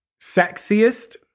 sexiest